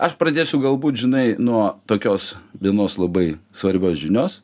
aš pradėsiu galbūt žinai nuo tokios vienos labai svarbios žinios